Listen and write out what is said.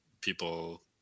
people